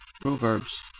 Proverbs